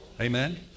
Amen